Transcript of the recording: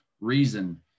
reason